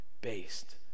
based